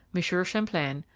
monsieur champlein,